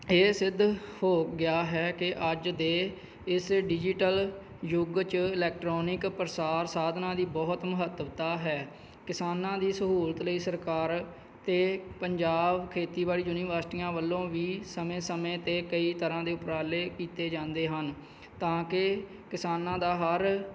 ਇਹ ਸਿੱਧ ਹੋ ਗਿਆ ਹੈ ਕਿ ਅੱਜ ਦੇ ਇਸ ਡਿਜੀਟਲ ਯੁੱਗ 'ਚ ਇਲੈਕਟਰੋਨਿਕ ਪ੍ਰਸਾਰ ਸਾਧਨਾ ਦੀ ਬਹੁਤ ਮਹੱਤਵਤਾ ਹੈ ਕਿਸਾਨਾਂ ਦੀ ਸਹੂਲਤ ਲਈ ਸਰਕਾਰ ਅਤੇ ਪੰਜਾਬ ਖੇਤੀਬਾੜੀ ਯੂਨੀਵਰਸਿਟੀਆਂ ਵੱਲੋਂ ਵੀ ਸਮੇਂ ਸਮੇਂ 'ਤੇ ਕਈ ਤਰ੍ਹਾਂ ਦੇ ਉਪਰਾਲੇ ਕੀਤੇ ਜਾਂਦੇ ਹਨ ਤਾਂ ਕਿ ਕਿਸਾਨਾਂ ਦਾ ਹਰ